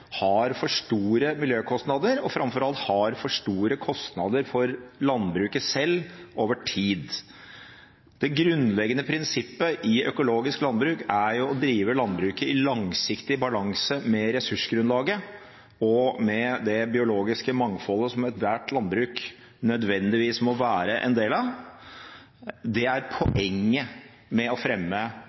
har for store miljøkostnader og framfor alt for store kostnader for landbruket selv over tid. Det grunnleggende prinsippet i økologisk landbruk er å drive landbruket i langsiktig balanse med ressursgrunnlaget og det biologiske mangfoldet som ethvert landbruk nødvendigvis må være en del av. Det er poenget med å fremme